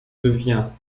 devient